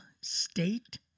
State